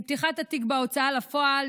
עם פתיחת התיק בהוצאה לפועל,